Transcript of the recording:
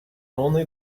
only